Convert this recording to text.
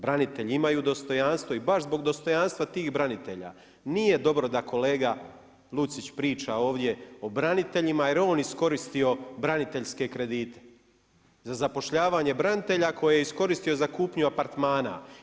Branitelji imaju dostojanstvo i beš zbog dostojanstva tih branitelja nije dobro da kolega Lucić priča ovdje o braniteljima jer je on iskoristio braniteljske kredite za zapošljavanje branitelja koje je iskoristio za kupnju apartmana.